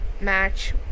match